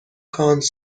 کانس